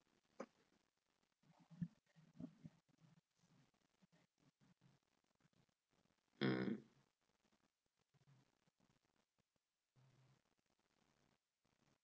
mm